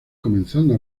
comenzando